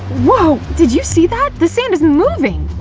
woah, did you see that? the sand is moving!